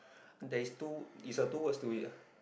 there is two it's a two words to it ah